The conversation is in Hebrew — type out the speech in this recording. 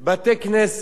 בתי-כנסת